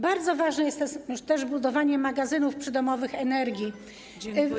Bardzo ważne jest też budowanie magazynów przydomowych energii.